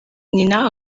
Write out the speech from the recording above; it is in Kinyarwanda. nyina